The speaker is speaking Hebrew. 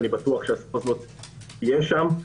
אני בטוח שזה יהיה שם.